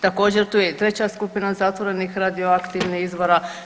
Također tu je i treća skupina zatvorenih radioaktivnih izvora.